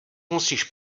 musíš